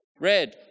red